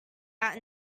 out